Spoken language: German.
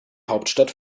hauptstadt